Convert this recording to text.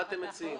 מה אתם מציעים?